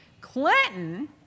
Clinton